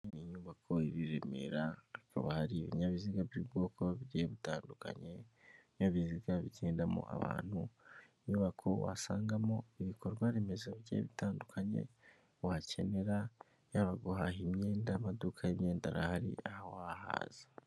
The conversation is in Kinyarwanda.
Ni inyubako iri i Remera hakaba hari ibinyabiziga by'ubwoko bugiye butandukanye, ibinyabiziga bigendamo abantu, inyubako wasangamo ibikorwa remezo bigiye bitandukanye wakenera, yaba guhaha imyenda, amaduka y'imyenda arahari aha wahaza.